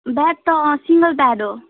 bed त अँ single bed हो